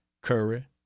curry